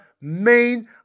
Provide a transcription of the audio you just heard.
main